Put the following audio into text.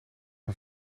een